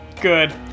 Good